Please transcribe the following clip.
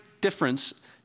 difference